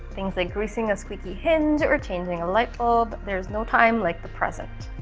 things like greasing a squeaky hinge or changing a light bulb there's no time like the present.